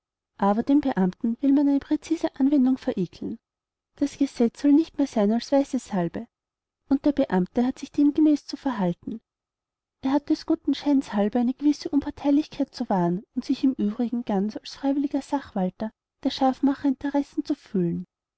aber den beamten will man eine präzise anwendung verekeln das gesetz soll nicht mehr sein als weiße salbe und der beamte hat sich demgemäß zu verhalten er hat des guten scheins halber eine gewisse unparteilichkeit zu wahren und sich im übrigen ganz als freiwilliger sachwalter der scharfmacherinteressen zu fühlen